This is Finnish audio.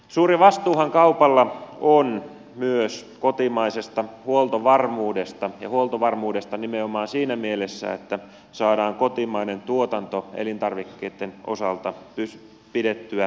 suuri vastuuhan kaupalla on myös kotimaisesta huoltovarmuudesta ja huoltovarmuudesta nimenomaan siinä mielessä että saadaan kotimainen tuotanto elintarvikkeitten osalta pidettyä pystyssä